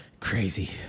Crazy